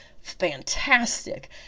fantastic